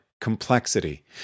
complexity